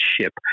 ship